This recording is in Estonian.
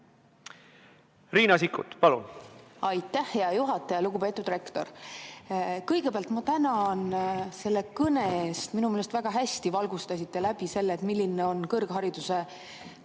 Riina Sikkut, palun! Aitäh, hea juhataja! Lugupeetud rektor! Kõigepealt ma tänan selle kõne eest. Minu meelest te väga hästi valgustasite läbi selle, milline on kõrghariduse